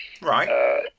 Right